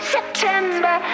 September